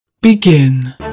Begin